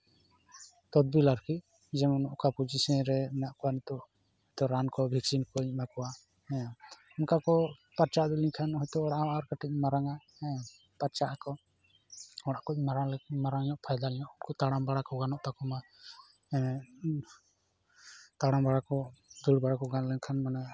ᱛᱚᱫᱵᱤᱞ ᱟᱨᱠᱤ ᱡᱮᱢᱚᱱ ᱚᱠᱟ ᱯᱚᱡᱤᱥᱮᱱ ᱨᱮ ᱢᱮᱱᱟᱜ ᱠᱚᱣᱟ ᱱᱤᱛᱳᱜ ᱱᱤᱛᱳᱜ ᱨᱟᱱ ᱠᱚ ᱵᱷᱮᱠᱥᱤᱱ ᱠᱚᱹᱧ ᱮᱢᱟ ᱠᱚᱣᱟ ᱦᱮᱸ ᱚᱱᱠᱟ ᱠᱚ ᱯᱟᱨᱪᱟ ᱤᱫᱤ ᱞᱮᱱᱠᱷᱟᱱ ᱦᱚᱭᱛᱳ ᱚᱲᱟᱜ ᱦᱚᱸ ᱟᱨ ᱠᱟᱹᱴᱤᱡ ᱤᱧ ᱢᱟᱨᱟᱝᱼᱟ ᱦᱮᱸ ᱯᱟᱨᱪᱟᱜ ᱟᱠᱚ ᱚᱲᱟᱜ ᱠᱚ ᱢᱟᱨᱟᱝ ᱧᱚᱜ ᱟᱠᱚ ᱛᱟᱲᱟᱢ ᱵᱟᱲᱟ ᱠᱚ ᱜᱟᱱᱚᱜ ᱛᱟᱠᱚ ᱢᱟ ᱛᱟᱲᱟᱢ ᱵᱟᱲᱟ ᱠᱚ ᱫᱟᱹᱲ ᱵᱟᱲᱟ ᱠᱚ ᱜᱟᱱ ᱞᱮᱱᱠᱷᱟᱱ ᱢᱟᱱᱮ